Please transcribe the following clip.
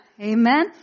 Amen